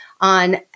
on